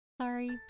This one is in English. Sorry